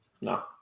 no